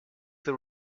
the